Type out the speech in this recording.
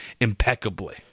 impeccably